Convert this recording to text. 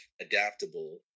adaptable